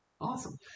Awesome